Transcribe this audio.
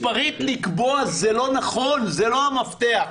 מספרית לקבוע זה לא נכון, זה לא המפתח.